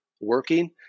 working